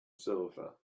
silver